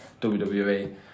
WWE